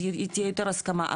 אז תהיה יותר הסכמה,